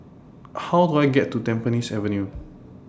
How Do I get to Tampines Avenue